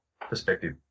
perspective